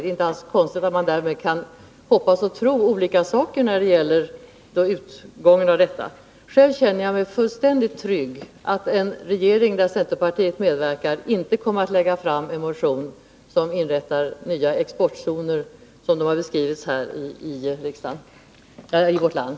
Det är inte alls konstigt att man kan hoppas och tro olika saker när det gäller utgången av denna behandling. Själv känner jag mig fullständigt trygg. En regering där centerpartiet medverkar kommer inte att lägga fram en proposition med förslag om att i vårt land inrätta nya exportzoner av det slag som här har beskrivits.